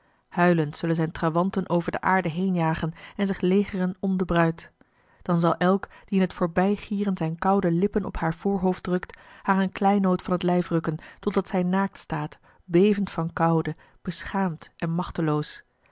huilend zullen zijn trawanten over de aarde heenjagen en zich legeren om de bruid dan zal elk die in het voorbijgieren zijn koude lippen op haar voorhoofd drukt haar een kleinood van het lijf rukken totdat zij naakt staat bevend van koude beschaamd en machteloos